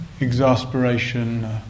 exasperation